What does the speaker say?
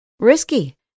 risky